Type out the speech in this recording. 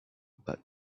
but